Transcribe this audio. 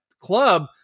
club